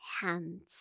Hands